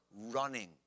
running